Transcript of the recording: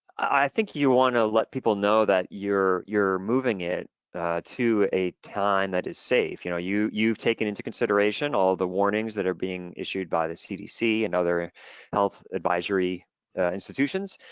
i think you wanna let people know that you're you're moving it to a time that is safe. you know you've taken into consideration all the warnings that are being issued by the cdc and other health advisory institutions,